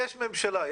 יש ממשלה.